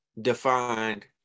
defined